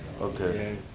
Okay